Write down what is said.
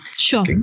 Sure